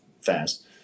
fast